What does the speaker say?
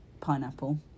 pineapple